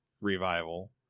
revival